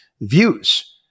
views